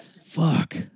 fuck